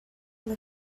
will